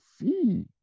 see